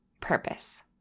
purpose